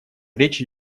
речь